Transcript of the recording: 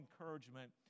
encouragement